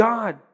God